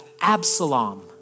Absalom